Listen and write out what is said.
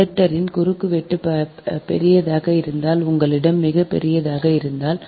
கண்டக்டரின் குறுக்குவெட்டு பெரியதாக இருந்தால் உங்களிடம் மிகப் பெரியதாக இருந்தால்